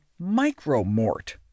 Micromort